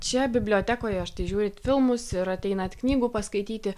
čia bibliotekoje štai žiūrit filmus ir ateinat knygų paskaityti